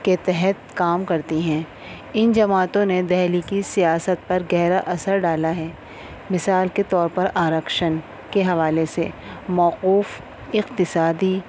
کے تحت کام کرتی ہیں ان جماعتوں نے دہلی کی سیاست پر گہرا اثر ڈالا ہے مثال کے طور پر آرکشن کے حوالے سے موقوف اقتصادی